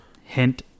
Hint